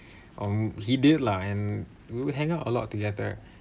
um he did it lah we would hang out a lot together